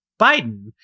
Biden